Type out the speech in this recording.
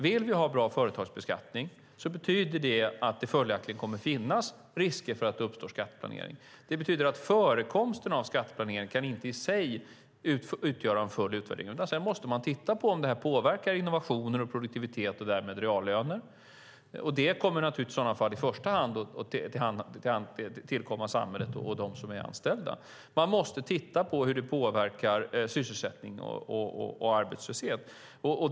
Vill vi ha bra företagsbeskattning betyder det att det följaktligen kommer att finnas risker för att det uppstår skatteplanering. Det betyder att förekomsten av skatteplanering inte i sig kan utgöra en full utvärdering, utan man måste titta på om det påverkar innovationer, produktivitet och därmed reallöner. Det kommer naturligtvis i första hand att tillkomma samhället och dem som är anställda. Man måste se på hur det påverkar sysselsättning och arbetslöshet.